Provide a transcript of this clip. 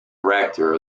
rector